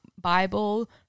Bible